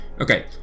Okay